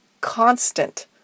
constant